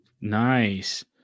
nice